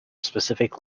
specific